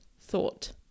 thought